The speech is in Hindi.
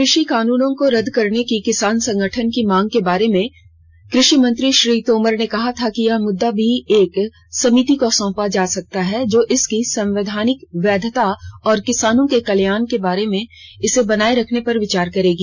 कृषि कानूनों को रद्द करने की किसान संगठनों की मांग के बारे में कृषि मंत्री श्री तोमर ने कहा था कि यह मुद्दा भी एक समिति को सौंपा जा सकता है जो इसकी संवैधानिक वैधता और किसानों के कल्याण में इसे बनाये रखने पर विचार करेगी